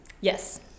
Yes